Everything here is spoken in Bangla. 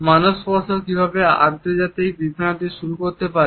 মানব স্পর্শ কীভাবে আন্তর্জাতিক বিভ্রান্তি শুরু করতে পারে